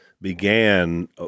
began